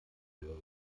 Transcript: höheren